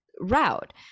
route